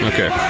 Okay